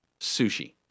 Sushi